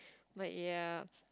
but ya